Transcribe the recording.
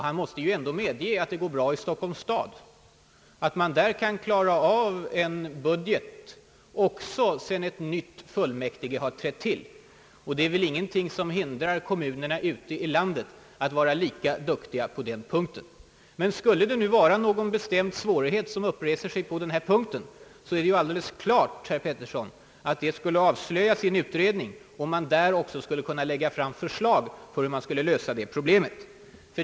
Han måste ju ändå medge att det går bra i Stockholms stad; man kan där klara av en budget också sedan nya fullmäktige har trätt till. Det är väl ingenting som hindrar kommunerna ute i landet att vara lika duktiga på den punkten. Om någon bestämd svårighet uppreser sig på denna punkt är det ju alldeles klart, herr Pettersson, att det kommer att avslöjas i en utredning, och den kan då lägga fram förslag till hur problemet skall lösas.